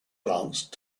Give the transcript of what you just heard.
glance